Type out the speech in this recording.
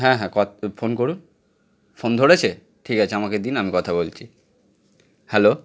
হ্যাঁ হ্যাঁ কথ ফোন করুন ফোন ধরেছে ঠিক আছে আমাকে দিন আমি কথা বলছি হ্যালো